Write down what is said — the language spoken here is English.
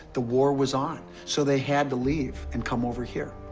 the war was on, so they had to leave and come over here.